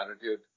attitude